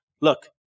Look